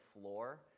floor